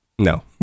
No